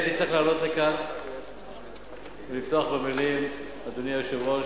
הייתי צריך לעלות לכאן לפתוח במלים: אדוני היושב-ראש,